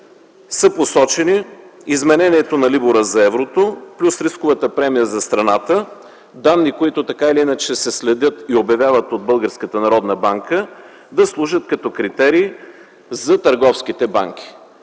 са посочени изменението на либора за еврото плюс рисковата премия за страната – данни, които се следят и обявяват от БНБ, да служат като критерии за търговските банки.